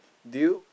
do you